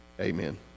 amen